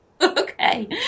okay